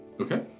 Okay